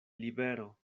libero